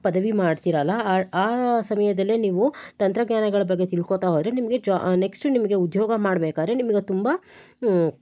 ಪದವಿ ಮಾಡ್ತೀರಲ್ಲ ಅ ಆ ಸಮಯದಲ್ಲೇ ನೀವು ತಂತ್ರಜ್ಞಾನಗಳ ಬಗ್ಗೆ ತಿಳ್ಕೊಳ್ತಾ ಹೋದರೆ ನಿಮಗೆ ಜಾ ನೆಕ್ಸ್ಟ್ ನಿಮಗೆ ಉದ್ಯೋಗ ಮಾಡಬೇಕಾದ್ರೆ ನಿಮ್ಗದು ತುಂಬ